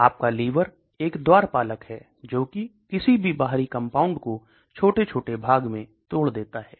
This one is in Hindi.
आपका लिवर एक द्वारपाल है जोकि किसी भी बाहरी कंपाउंड को छोटे छोटे भाग में तोड़ देता है